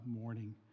morning